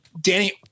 Danny